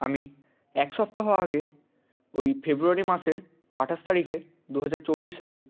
আমি এক সপ্তাহ আগে ওই ফেব্রুয়ারি মাসের আঠাশ তারিখে দু হাজার চব্বিশ সালে